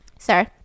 sir